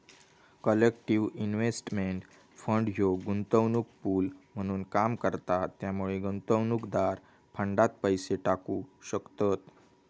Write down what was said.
collective investment fund ह्यो गुंतवणूक pool म्हणून काम करता त्यामुळे गुंतवणूकदार फंडात पैसे टाकू शकतत